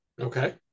Okay